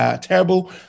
Terrible